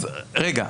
אז רגע.